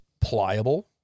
pliable